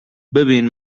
ببین